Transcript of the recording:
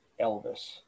Elvis